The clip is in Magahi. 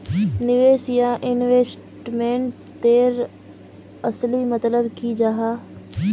निवेश या इन्वेस्टमेंट तेर असली मतलब की जाहा?